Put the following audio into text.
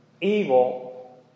evil